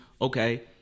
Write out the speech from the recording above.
okay